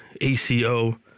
ACO